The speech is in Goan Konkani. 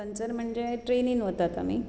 थंयसर म्हणचे ट्रॅनींत वतात आमी